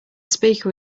speaker